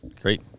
Great